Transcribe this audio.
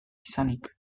izanik